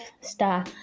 star